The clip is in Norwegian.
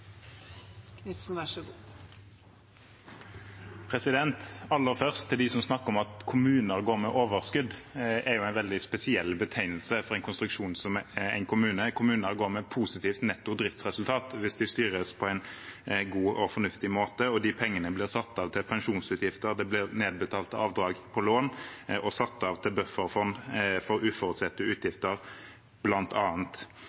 en veldig spesiell betegnelse for en konstruksjon som en kommune. Kommuner går med positivt netto driftsresultat hvis de styres på en god og fornuftig måte, og de pengene blir satt av til pensjonsutgifter, det blir nedbetalt avdrag på lån og satt av til bufferfond for uforutsette